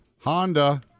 Honda